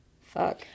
fuck